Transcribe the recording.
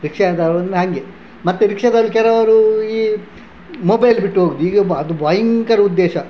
rickshaw ಅವರದ್ದು ಹಾಗೆ ಮತ್ತೆ ರಿಕ್ಷಾದಲ್ಲಿ ಕೆಲವರು ಈ ಮೊಬೈಲ್ ಬಿಟ್ಟೋಗೋದು ಈಗ ಅದು ಭಯಂಕರ ಉದ್ದೇಶ